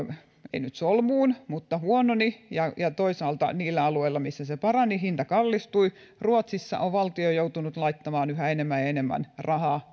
ei nyt solmuun mutta huononi ja ja toisaalta niillä alueilla missä se parani hinta kallistui ruotsissa on valtio joutunut laittamaan yhä enemmän ja enemmän rahaa